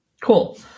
Cool